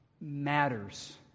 Matters